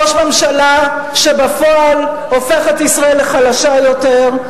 ראש ממשלה שבפועל הופך את ישראל לחלשה יותר.